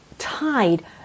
tied